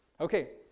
Okay